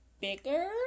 bigger